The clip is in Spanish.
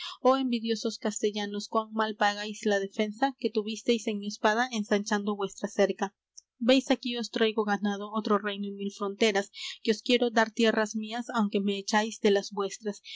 oh envidiosos castellanos cuán mal pagáis la defensa que tuvisteis en mi espada ensanchando vuestra cerca veis aquí os traigo ganado otro reino y mil fronteras que os quiero dar tierras mías aunque me echáis de las vuestras